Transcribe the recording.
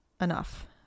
enough